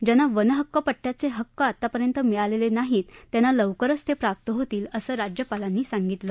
ज्यांना वनहक्क पट्टयाचे हक्क आतापर्यंत मिळालेले नाहीत त्यांना लवकरच ते प्राप्त होतील असंही कोश्यारी यांनी सांगितलं